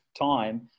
time